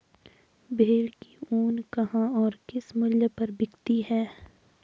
भेड़ की ऊन कहाँ और किस मूल्य पर बिकती है?